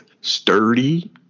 sturdy